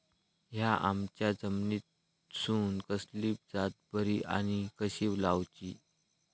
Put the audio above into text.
हया आम्याच्या जातीनिसून कसली जात बरी आनी कशी लाऊची?